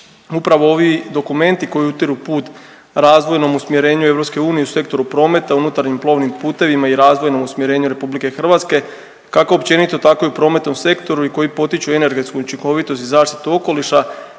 Upravo ovi dokumenti koji utiru put razvojnom usmjerenju EU u sektoru prometa unutarnjim plovnim putevima i razvojnom usmjerenju RH kako općenito tako i u prometnom sektoru koji potiču energetsku učinkovitost i zaštitu okoliša